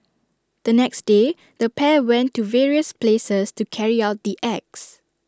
the next day the pair went to various places to carry out the acts